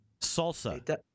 Salsa